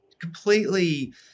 completely